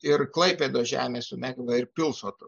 ir klaipėdos žemės su megova ir pilsotu